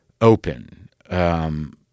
open